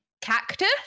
cactus